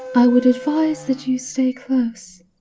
i would advice that you stay close.